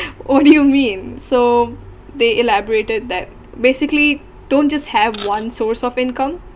what do you mean so they elaborated that basically don't just have one source of income